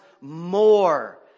more